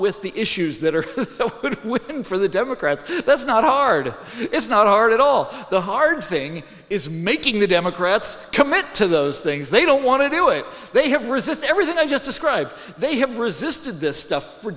with the issues that are so good with them for the democrats that's not hard it's not hard at all the hard thing is making the democrats commit to those things they don't want to do it they have resist everything i just described they have resisted this stuff for